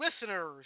listeners